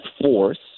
force